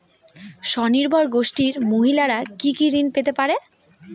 স্বনির্ভর গোষ্ঠীর মহিলারা কি কি ঋণ পেতে পারে?